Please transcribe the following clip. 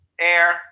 air